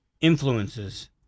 influences